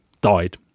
died